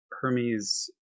Hermes